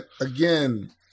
Again